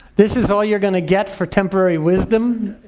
this is all you're gonna get for temporary wisdom.